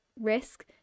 risk